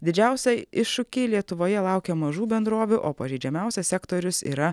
didžiausiai iššūkiai lietuvoje laukia mažų bendrovių o pažeidžiamiausias sektorius yra